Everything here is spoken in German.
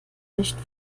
nicht